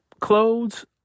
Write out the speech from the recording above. clothes